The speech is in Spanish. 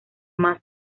más